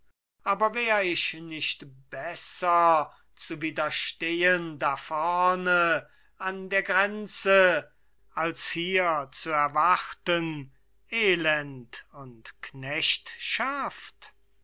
aber wär ich nicht besser zu widerstehen da vorne an der grenze als hier zu erwarten elend und